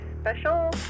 special